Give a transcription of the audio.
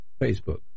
Facebook